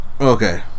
Okay